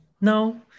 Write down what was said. no